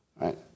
right